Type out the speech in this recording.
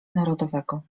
narodowego